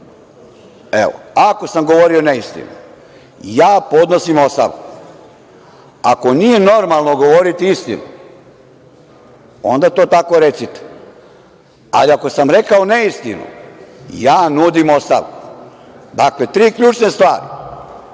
Evo, ako sam govorio neistinu, ja podnosim ostavku. Ako nije normalno govoriti istinu, onda to tako recite, ali ako sam rekao neistinu, ja nudim ostavku. Dakle, tri ključne stvari